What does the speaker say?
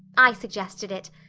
i suggested it.